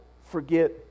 forget